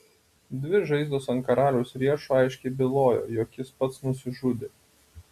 dvi žaizdos ant karaliaus riešų aiškiai bylojo jog jis pats nusižudė